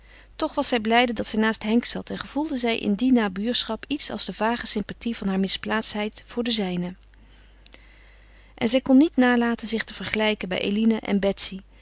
toch was zij blijde dat zij naast henk zat en gevoelde zij in die nabuurschap iets als de vage sympathie van haar misplaatstheid voor de zijne en zij kon niet nalaten zich te vergelijken bij eline en betsy